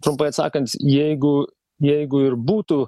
trumpai atsakant jeigu jeigu ir būtų